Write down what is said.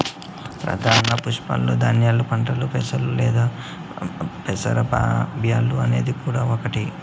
ప్రధాన పప్పు ధాన్యాల పంటలలో పెసలు లేదా పెసర బ్యాల్లు అనేది కూడా ఒకటి